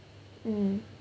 mm